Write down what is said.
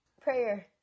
Prayer